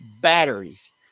batteries